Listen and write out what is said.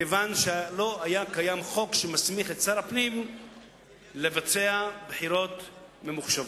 כיוון שלא היה קיים חוק שמסמיך את שר הפנים לבצע בחירות ממוחשבות.